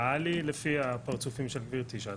נראה לי לפי הפרצופים של גברתי.